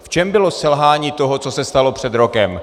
V čem bylo selhání toho, co se stalo před rokem?